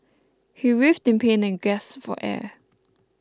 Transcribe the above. he writhed in pain and gasped for air